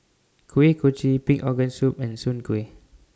Kuih Kochi Pig Organ Soup and Soon Kueh